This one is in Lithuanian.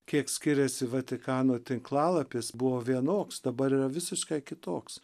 kiek skiriasi vatikano tinklalapis buvo vienoks dabar yra visiškai kitoks